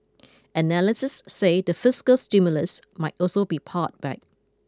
analysts say the fiscal stimulus might also be pared back